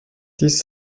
dies